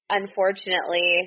unfortunately